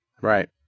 Right